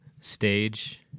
stage